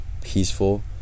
peaceful